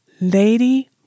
Lady